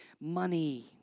money